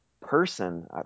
person